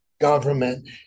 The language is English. government